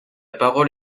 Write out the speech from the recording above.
parole